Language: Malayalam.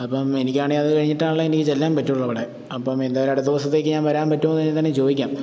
അപ്പോള് എനിക്കണേ അത് കഴിഞ്ഞിട്ടാണല്ലോ എനിക്ക് ചെല്ലാൻ പറ്റുകയുള്ളു അവിടെ അപ്പോള് എന്തായാലും അടുത്ത ദിവസത്തേക്ക് ഞാൻ വരാൻ പറ്റുമോന്ന് ഞാൻ ചോദിക്കാം